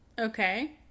Okay